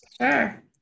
sure